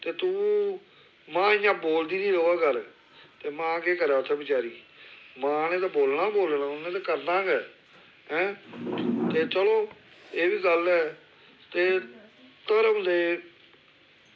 ते तूं मां इ'यां बोलदी निं र'वा कर ते मां केह् करै उत्थै बचारी मां ने ते बोलना गै बोलना उन्ने ते करना गै ते ऐं चलो एह् बी गल्ल ऐ ते धर्म दे